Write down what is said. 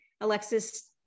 Alexis